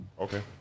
Okay